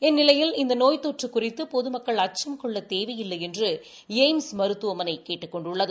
இந்நிலையில் இந்த நோய் தொற்று குறித்து பொதுமக்கள் அச்சம் கொள்ளத் தேவையில்லை என்று எய்ம்ஸ் மருத்துவமனை கேட்டுக் கொண்டுள்ளது